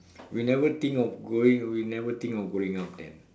we never think of growing we never think of growing up then